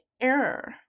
error